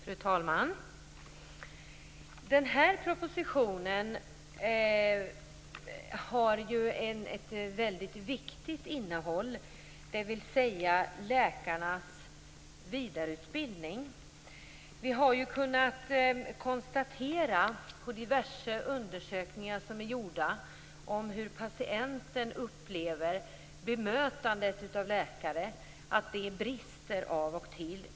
Fru talman! Den här propositionen har ett väldigt viktigt innehåll, nämligen läkarnas vidareutbildning. Efter diverse undersökningar om hur patienter upplever bemötandet av läkare kan vi konstatera att det finns brister av och till.